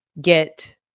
get